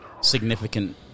significant